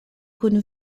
kun